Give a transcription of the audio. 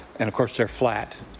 and, of course, they are flat.